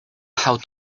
how